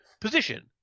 position